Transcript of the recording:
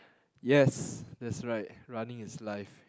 yes that's right running is life